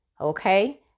Okay